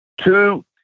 two